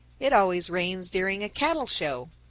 it always rains during a cattle-show.